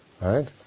Right